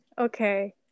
Okay